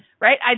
Right